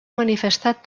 manifestat